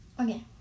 Okay